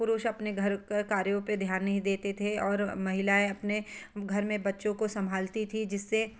पुरुष अपने घर के कार्यों पर ध्यान नहीं देते थे और महिलाएं अपने घर में बच्चों को संभालती थी जिससे